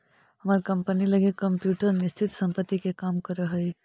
हमर कंपनी लगी कंप्यूटर निश्चित संपत्ति के काम करऽ हइ